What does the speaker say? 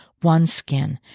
OneSkin